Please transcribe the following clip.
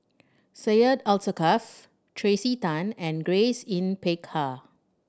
Syed Alsagoff Tracey Tan and Grace Yin Peck Ha